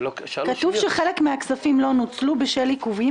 כתוב שחלק מהכספים לא נוצלו בשל עיכובים